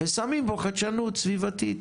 ושמים בו חדשנות סביבתית.